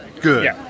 good